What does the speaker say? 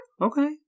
Okay